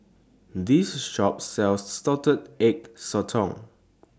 This Shop sells Salted Egg Sotong